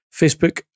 Facebook